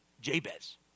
Jabez